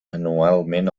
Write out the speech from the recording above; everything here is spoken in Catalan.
anualment